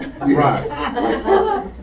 right